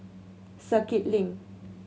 Circuit Link